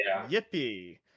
yippee